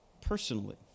personally